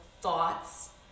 thoughts